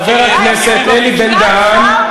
חבר הכנסת אלי בן-דהן,